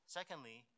Secondly